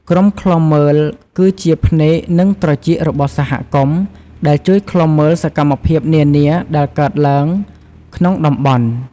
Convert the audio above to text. ក្រុមឃ្លាំមើលគឺជា ភ្នែក និងត្រចៀករបស់សហគមន៍ ដែលជួយឃ្លាំមើលសកម្មភាពនានាដែលកើតឡើងក្នុងតំបន់។